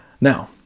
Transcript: Now